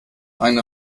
eine